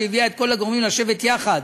שהביאה את כל הגורמים לשבת יחד